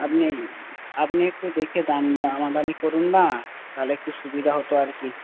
আপনি আপনি একটু দেখে দামাদামি করুন না তাহলে একটু সুবিধা হত আর কি